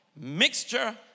Mixture